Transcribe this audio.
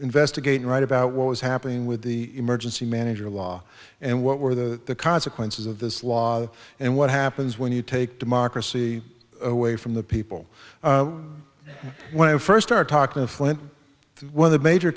investigate and write about what was happening with the emergency manager law and what were the consequences of this law and what happens when you take democracy away from the people when i first start talking to flint one of the major